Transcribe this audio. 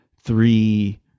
three